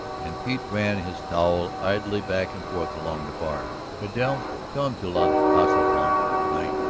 and pete ran his towel idly back and forth along the bar, vidal come to la casa blanca to-night.